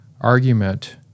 argument